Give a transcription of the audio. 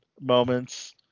moments